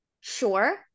Sure